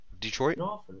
Detroit